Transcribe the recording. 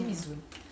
mmhmm